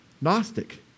Gnostic